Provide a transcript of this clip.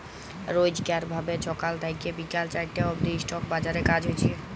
রইজকার ভাবে ছকাল থ্যাইকে বিকাল চারটা অব্দি ইস্টক বাজারে কাজ হছে